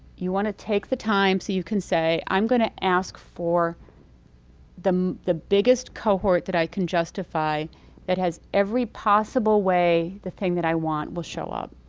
you want to take the time so you can say, i'm going to ask for the the biggest cohort that i can justify that has every possible way the thing that i want will show up.